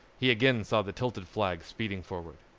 he again saw the tilted flag speeding forward.